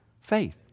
faith